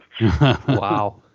Wow